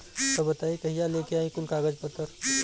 तब बताई कहिया लेके आई कुल कागज पतर?